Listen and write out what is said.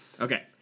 Okay